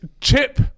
Chip